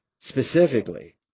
specifically